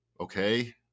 okay